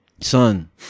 Son